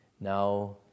now